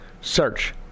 Search